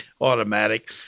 automatic